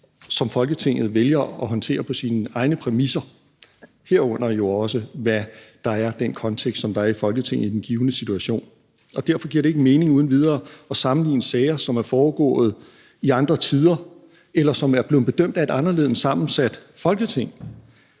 som Folketinget vælger at håndtere på sine egne præmisser, herunder jo også, hvad der er den kontekst, som der er i Folketinget i den givne situation. Derfor giver det ikke mening uden videre at sammenligne sager, som er foregået i andre tider, eller som er blevet bedømt af et anderledes sammensat Folketing.